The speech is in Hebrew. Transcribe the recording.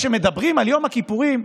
כשמדברים על יום הכיפורים,